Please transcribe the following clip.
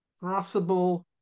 possible